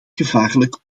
gevaarlijk